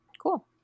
Cool